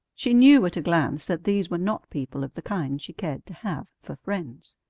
she knew at a glance that these were not people of the kind she cared to have for friends.